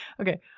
Okay